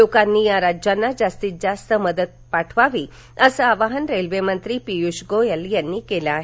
लोकांनी या राज्यांना जास्तीत जास्त मदत पाठवावी असं आवाहन रेल्वेमंत्री पियूष गोयल यांनी केलं आहे